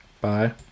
bye